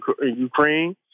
Ukraine